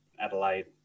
Adelaide